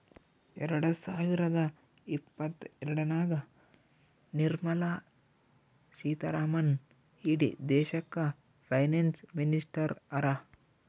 ಎರಡ ಸಾವಿರದ ಇಪ್ಪತ್ತಎರಡನಾಗ್ ನಿರ್ಮಲಾ ಸೀತಾರಾಮನ್ ಇಡೀ ದೇಶಕ್ಕ ಫೈನಾನ್ಸ್ ಮಿನಿಸ್ಟರ್ ಹರಾ